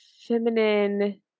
feminine